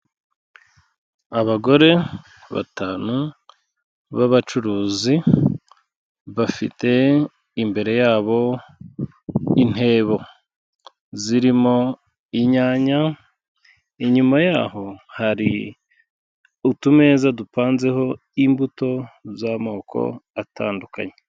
Abagore batanu b'abacuruzi, bafite imbere yabo intebo zirimo inyanya, inyuma yaho hari utumeza dupanzeho imbuto z'amoko atandukanye.